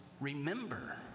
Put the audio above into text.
remember